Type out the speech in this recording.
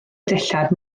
dillad